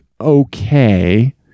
okay